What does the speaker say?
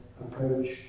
approach